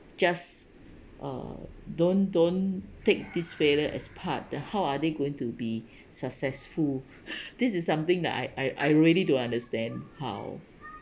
just uh don't don't take this failure as part how are they going to be successful this is something that I I really don't understand how